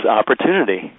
opportunity